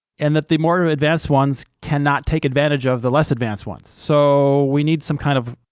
and that the more ah advanced ones cannot take advantage of the less advanced ones. so we need some kind of.